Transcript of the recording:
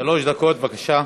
שלוש דקות, בבקשה.